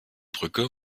brücke